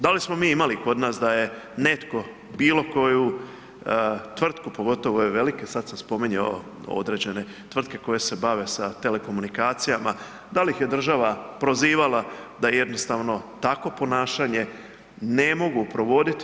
Da li smo imali kod nas da je netko bilo koju tvrtku, pogotovo ove velike, sad sam spominjao određene tvrtke koje se bave sa telekomunikacijama, da li ih je država prozivala da jednostavno takvo ponašanje ne mogu provoditi?